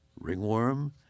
ringworm